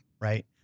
right